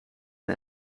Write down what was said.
een